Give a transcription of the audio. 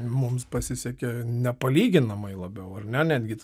mums pasisekė nepalyginamai labiau ar ne netgi